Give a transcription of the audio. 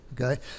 okay